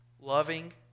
loving